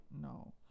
No